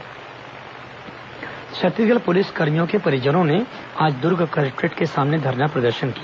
police प्रदर्शन छत्तीसगढ़ पुलिसकर्मियों के परिजनों ने आज दूर्ग कलेक्टोरेट के सामने धरना प्रदर्शन किया